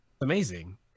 Amazing